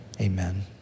Amen